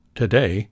today